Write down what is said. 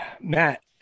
Matt